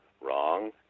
Wrong